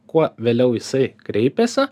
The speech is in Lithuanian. kuo vėliau jisai kreipiasi